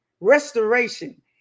restoration